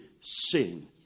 sin